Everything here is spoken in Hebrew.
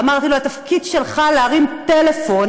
אמרתי לו: התפקיד שלך להרים טלפון